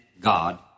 God